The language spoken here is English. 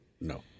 No